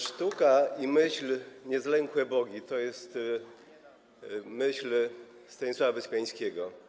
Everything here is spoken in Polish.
Sztuka i myśl, niezlękłe bogi - to jest myśl Stanisława Wyspiańskiego.